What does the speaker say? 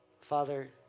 Father